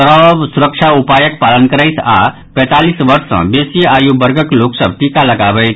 सभ सुरक्षा उपायक पालन करथि आ पैंतालीस वर्ष सँ बेसी आयु वर्गक लोक सभ टीका लगबावथि